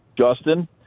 Justin